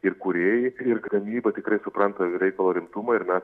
ir kūrėjai ir gamyba tikrai supranta reikalo rimtumą ir mes